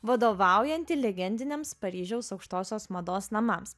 vadovaujanti legendiniams paryžiaus aukštosios mados namams